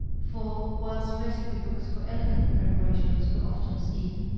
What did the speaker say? for, whilst receipt books for elegant preparations were often seen,